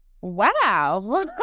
wow